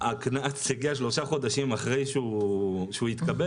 הקנס הגיע שלושה חודשים אחרי שהוא התקבל,